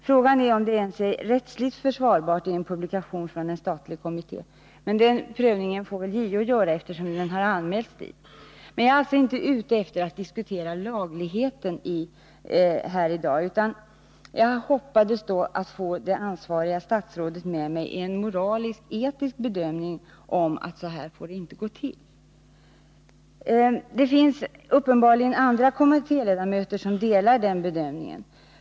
Frågan är om det ens är rättsligt försvarbart att presentera sådant i en publikation från en statlig kommitté, men den prövningen får JO göra, eftersom ärendet har anmälts dit. Jag är alltså inte ute efter att diskutera lagligheten här i dag, utan jag hoppades att få det ansvariga statsrådet med mig i en moralisk, etisk bedömning, att så här får det inte gå till. Det finns uppenbarligen andra kommittéledamöter som delar den bedömningen.